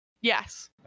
Yes